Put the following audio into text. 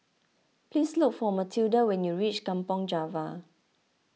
please look for Mathilda when you reach Kampong Java